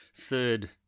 third